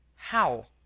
how?